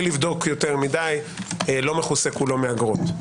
לבדוק יותר מדי - לא מכוסה כולו מאגרות.